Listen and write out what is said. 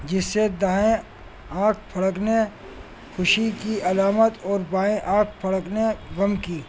جس سے دائیں آنکھ پھڑکنے خوشی کی علامت اور بائیں آنکھ پھڑکنے غم کی